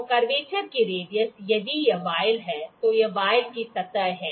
तो कर्वेचर की रेडियस यदि यह वॉयल है तो यह वॉयल की सतह है